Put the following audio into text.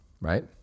right